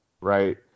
right